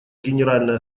генеральная